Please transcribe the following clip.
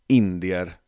indier